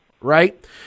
right